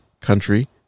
country